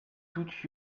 tout